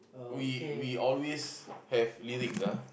we we always have lyrics ah